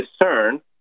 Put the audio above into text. discern